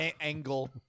Angle